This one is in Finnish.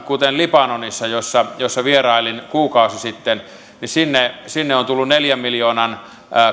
kuten libanoniin jossa jossa vierailin kuukausi sitten on tullut neljä miljoonaisen